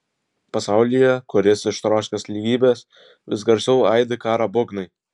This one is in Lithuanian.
pasaulyje kuris ištroškęs lygybės vis garsiau aidi karo būgnai